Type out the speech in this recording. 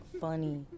funny